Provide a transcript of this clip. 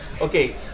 Okay